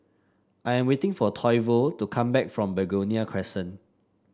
I am waiting for Toivo to come back from Begonia Crescent